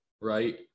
right